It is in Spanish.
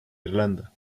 irlanda